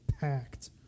packed